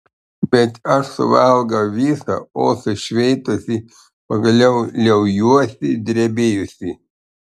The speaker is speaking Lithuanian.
bet aš suvalgau visą o sušveitusi pagaliau liaujuosi drebėjusi